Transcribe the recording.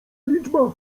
liczba